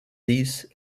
these